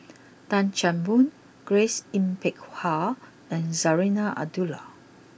Tan Chan Boon Grace Yin Peck Ha and Zarinah Abdullah